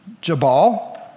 Jabal